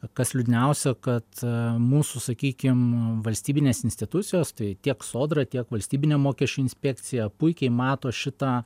kas liūdniausia kad mūsų sakykim valstybinės institucijos tai tiek sodra tiek valstybinė mokesčių inspekcija puikiai mato šitą